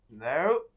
No